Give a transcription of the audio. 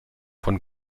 von